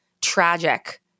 tragic